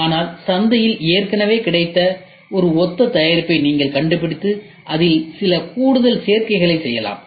ஆனால் சந்தையில் ஏற்கனவே கிடைத்த ஒரு ஒத்த தயாரிப்பை நீங்கள் கண்டுபிடித்து அதில் சில கூடுதல் சேர்க்கைகளைச் செய்யலாம்